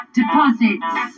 deposits